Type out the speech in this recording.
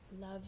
Love